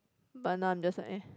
but now I'm just like eh